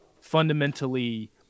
fundamentally